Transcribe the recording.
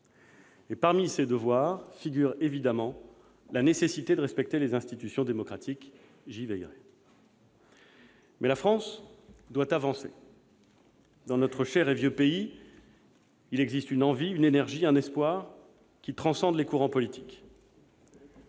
Parmi ces devoirs figure évidemment la nécessité de respecter les institutions démocratiques. J'y veillerai. Mais la France doit avancer. Dans « notre cher et vieux pays », il existe une envie, une énergie, un espoir qui transcendent les courants politiques.